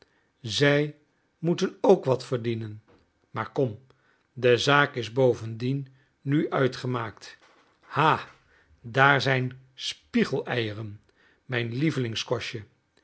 zij moeten ook wat verdienen maar kom de zaak is bovendien nu uitgemaakt ha daar zijn spiegeleieren mijn